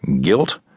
guilt